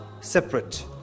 separate